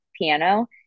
piano